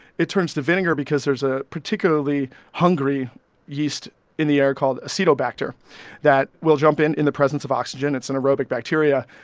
it turns to vinegar. there's a particularly hungry yeast in the air called acetobacter that will jump in in the presence of oxygen. it's an aerobic bacteria.